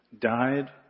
died